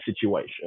situation